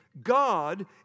God